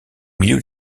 milieu